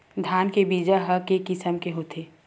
धान के बीजा ह के किसम के होथे?